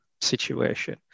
situation